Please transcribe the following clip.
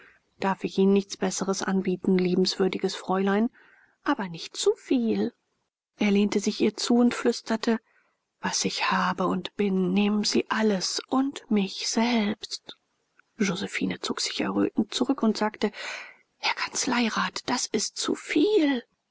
darf ich ihnen nichts besseres anbieten liebenswürdiges fräulein aber nicht zuviel er lehnte sich ihr zu und flüsterte was ich habe und bin nehmen sie alles und mich selbst josephine zog sich errötend zurück und sagte herr kanzleirat das ist zu viel